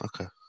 okay